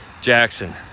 Jackson